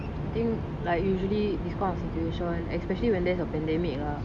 I think like usually this kind of situation especially when there's a pandemic lah